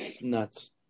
Nuts